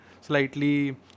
slightly